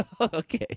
Okay